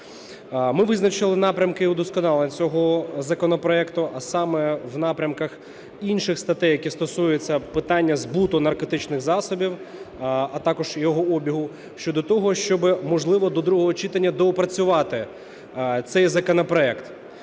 Ми визначили напрямки вдосконалення цього законопроекту, а саме в напрямках інших статей, які стосуються питання збуту наркотичних засобів, а також їх обігу, щодо того, щоб, можливо, до другого читання доопрацювати цей законопроект.